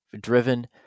driven